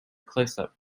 closeup